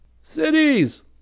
Cities